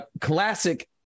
Classic